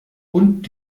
und